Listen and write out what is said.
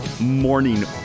morning